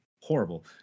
horrible